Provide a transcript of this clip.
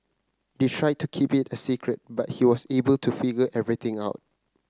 they tried to keep it a secret but he was able to figure everything out